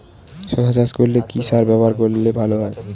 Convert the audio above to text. শশা চাষ করলে কি সার ব্যবহার করলে ভালো হয়?